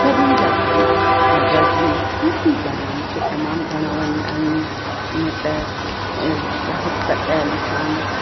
सभिनी जा गाना ऐं गज़लियूं सुफ़ी गाना मूंखे तमामु घणा वणंदा आहिनि इअं त राहत फतेह अली खान